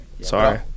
sorry